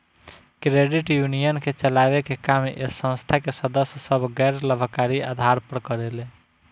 credit union के चलावे के काम ए संस्था के सदस्य सभ गैर लाभकारी आधार पर करेले